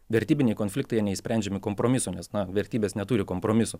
vertybiniai konfliktai neišsprendžiami kompromiso nes vertybės neturi kompromisų